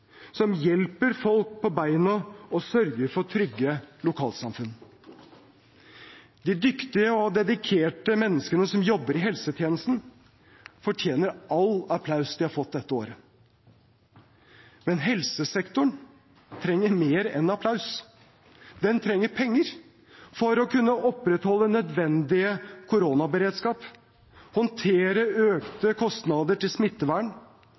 som trenger det, som hjelper folk på beina og sørger for trygge lokalsamfunn. De dyktige og dedikerte menneskene som jobber i helsetjenesten, fortjener all applaus de har fått dette året. Men helsesektoren trenger mer enn applaus. Den trenger penger for å kunne opprettholde nødvendig koronaberedskap, håndtere økte kostnader til smittevern,